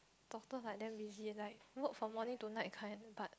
doctors like damn busy like work from morning to night kind but